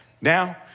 Now